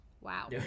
Wow